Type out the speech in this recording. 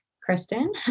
Kristen